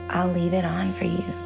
i'll leave it on for you.